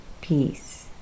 peace